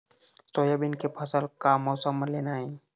Soybean के फसल का मौसम म लेना ये?